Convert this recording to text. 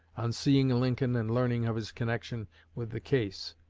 on seeing lincoln and learning of his connection with the case.